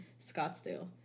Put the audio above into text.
Scottsdale